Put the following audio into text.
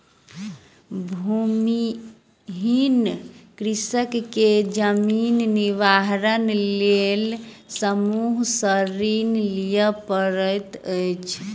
भूमिहीन कृषक के जीवन निर्वाहक लेल साहूकार से ऋण लिअ पड़ैत अछि